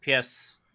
PS